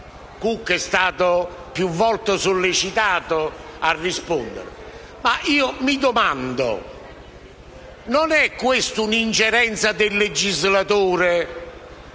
Cucca è stato più volte sollecitato a rispondere, ma io mi domando: non è questa un'ingerenza del legislatore?